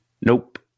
Nope